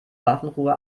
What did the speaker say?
waffenruhe